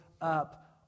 up